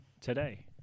Today